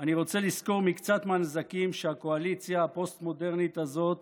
אני רוצה לסקור מקצת מהנזקים שהקואליציה הפוסט-מודרנית הזאת